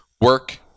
work